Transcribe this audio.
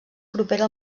propera